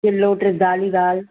kilo टिदाली दाल